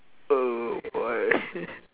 oh boy